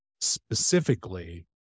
specifically